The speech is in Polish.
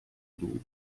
długo